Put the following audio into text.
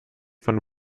von